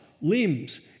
limbs